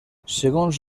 segons